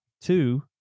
Two